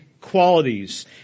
qualities